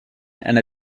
and